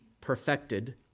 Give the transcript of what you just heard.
perfected